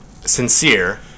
sincere